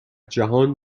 جهان